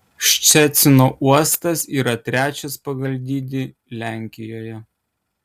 ščecino uostas yra trečias pagal dydį lenkijoje